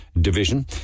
division